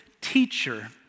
teacher